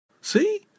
See